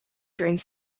drained